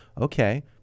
Okay